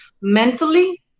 mentally